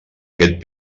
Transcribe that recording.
aquest